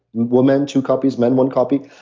woman two copies, men one copy.